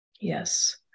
Yes